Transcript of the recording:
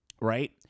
right